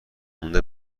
مونده